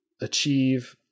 achieve